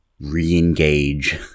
re-engage